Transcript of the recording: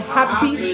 happy